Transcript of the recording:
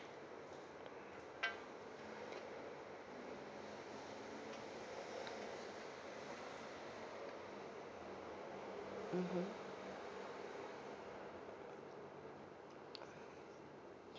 mmhmm